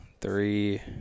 three